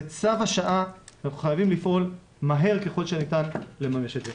זה צו השעה ואנחנו חייבים לפעול מהר ככל שניתן לממש את זה.